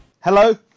Hello